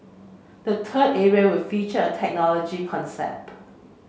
the third area will feature a technology concept